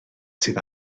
sydd